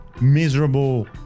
miserable